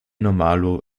normalo